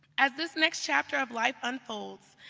as this next chapter of life unfolds,